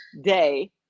day